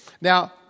Now